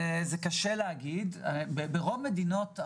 צריך לזכור שאני לא המעסיק.